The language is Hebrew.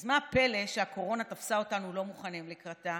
אז מה הפלא שהקורונה תפסה אותנו לא מוכנים לקראתה